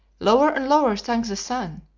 lower and lower sank the sun,